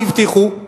מה הבטיחו?